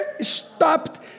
stopped